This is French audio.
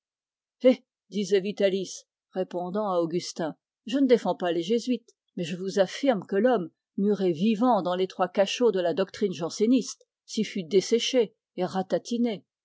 eh disait vitalis répondant à augustin je ne défends pas les jésuites mais je vous affirme que l'homme muré vivant dans l'étroit cachot de la doctrine janséniste s'y fût desséché et ratatiné